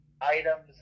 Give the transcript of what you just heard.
items